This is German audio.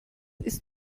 ist